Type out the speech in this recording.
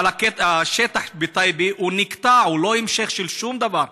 אבל השטח בטייבה נקטע, הוא לא המשך של שום דבר,